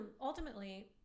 ultimately